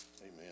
amen